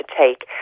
take